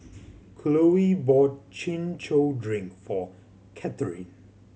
Chloie bought Chin Chow drink for Kathryne